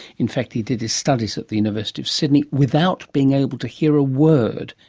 in fact he did his studies at the university of sydney without being able to hear a word.